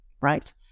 right